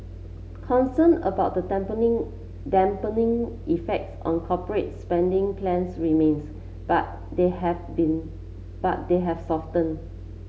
concern about the dampening dampening effects on corporates spending plans remains but they have been but they have soften